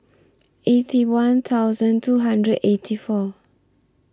A C one thousand two hundred and eighty four